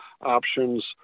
options